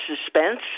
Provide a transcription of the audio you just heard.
suspense